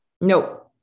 Nope